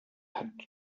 had